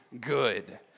good